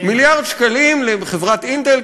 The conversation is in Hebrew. מיליארד שקלים לחברת "אינטל",